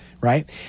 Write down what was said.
right